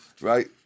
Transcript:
Right